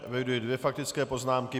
Eviduji dvě faktické poznámky.